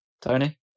Tony